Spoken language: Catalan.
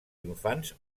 infants